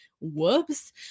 Whoops